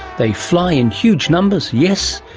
they fly in huge numbers, yes,